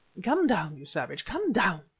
come down, you savage, come down!